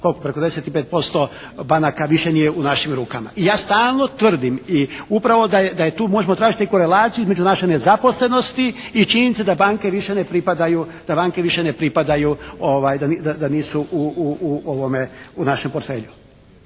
preko 95% banaka više nije u našim rukama. I ja stalno tvrdim i upravo da je tu možemo tražiti neku relaciju između naše nezaposlenosti i činjenice da banke više ne pripadaju, da banke više ne